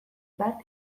bat